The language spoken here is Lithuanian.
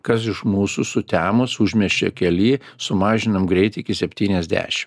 kas iš mūsų sutemus užmiesčio kely sumažinam greitį iki septyniasdešim